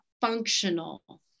functional